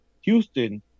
Houston